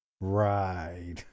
Right